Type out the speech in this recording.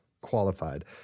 qualified